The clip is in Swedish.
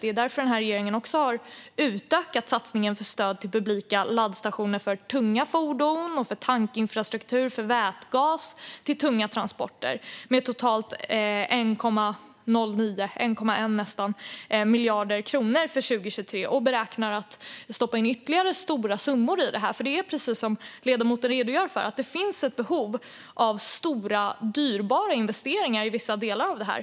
Det är därför regeringen har utökat satsningen på stöd för publika laddstationer för tunga fordon, för tankinfrastruktur och för vätgas till tunga transporter med totalt nästan 1,1 miljarder kronor för 2023 och beräknar att stoppa in ytterligare stora summor i detta. Det är precis som ledamoten redogör för: Det finns ett behov av stora, dyrbara investeringar i vissa delar av det här.